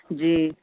جی